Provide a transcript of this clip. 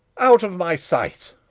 out of my sight!